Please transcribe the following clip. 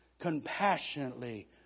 compassionately